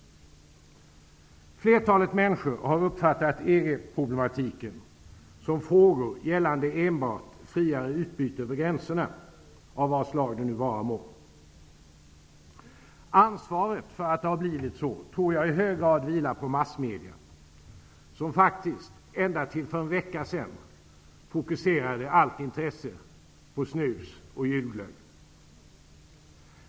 Flertalet människor har uppfattat EG problematiken som frågor gällande enbart friare utbyte över gränserna av vad slag det vara må. Ansvaret för att det har blivit så vilar i hög grad på massmedia, som faktiskt ända fram till för en vecka sedan fokuserade allt intresse på snus och julglögg.